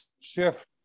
shift